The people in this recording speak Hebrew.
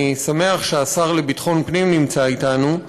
אני שמח שהשר לביטחון פנים נמצא אתנו,